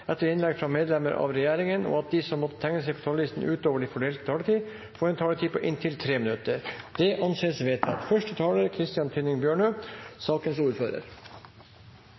etter innlegg fra medlemmer av regjeringen, og at de som måtte tegne seg på talerlisten utover den fordelte taletid, får en taletid på inntil 3 minutter. – Det anses vedtatt. Første taler er representanten Gunnar Gundersen, som får ordet på vegne av sakens ordfører,